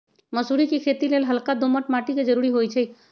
मसुरी कें खेति लेल हल्का दोमट माटी के जरूरी होइ छइ